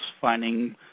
finding